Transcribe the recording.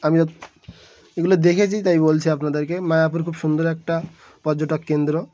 আমি যত এগুলো দেখেছি তাই বলছি আপনাদেরকে মায়াপুর খুব সুন্দর একটা পর্যটক কেন্দ্র